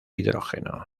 hidrógeno